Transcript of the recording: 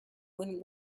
when